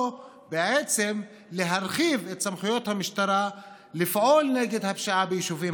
או בעצם להרחיב את סמכויות המשטרה לפעול נגד הפשיעה ביישובים